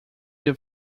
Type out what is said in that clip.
your